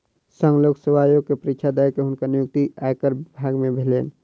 संघ लोक सेवा आयोग के परीक्षा दअ के हुनकर नियुक्ति आयकर विभाग में भेलैन